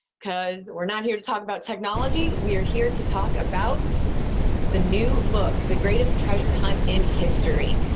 because we're not here to talk about technology, we are here to talk about the new book, the greatest treasure hunt in history.